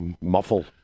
muffle